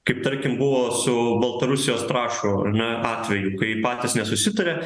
kaip tarkim buvo su baltarusijos trąšų ane atveju kai patys nesusitarė